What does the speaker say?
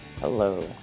Hello